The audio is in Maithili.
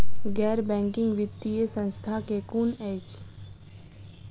गैर बैंकिंग वित्तीय संस्था केँ कुन अछि?